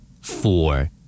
Four